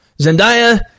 Zendaya